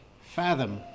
fathom